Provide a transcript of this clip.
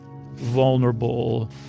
vulnerable